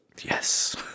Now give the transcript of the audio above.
Yes